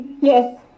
yes